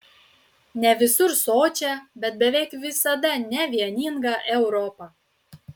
ne visur sočią bet beveik visada nevieningą europą